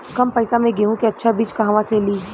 कम पैसा में गेहूं के अच्छा बिज कहवा से ली?